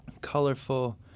colorful